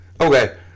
Okay